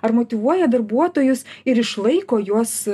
ar motyvuoja darbuotojus ir išlaiko juos